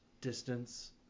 distance